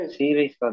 series